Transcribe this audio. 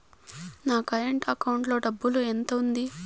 నా current account లో డబ్బులు ఎంత ఉంది?